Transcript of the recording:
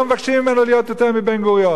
לא מבקשים ממנו להיות יותר מבן-גוריון,